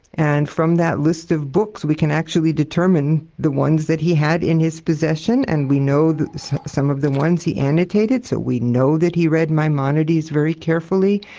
and from that list of books we can actually determine the ones that he had in his possession and we know some of the ones he annotated, so we know that he read maimonides very carefully,